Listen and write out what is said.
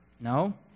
No